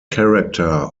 character